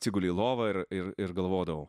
atsiguli į lovą ir ir ir galvodavau